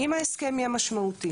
אם ההסכם יהיה משמעותי